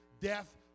death